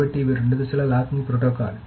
కాబట్టి ఇవి రెండు దశల లాకింగ్ ప్రోటోకాల్